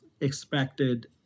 expected